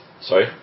Sorry